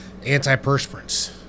Antiperspirants